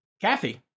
Kathy